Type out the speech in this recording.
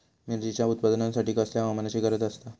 मिरचीच्या उत्पादनासाठी कसल्या हवामानाची गरज आसता?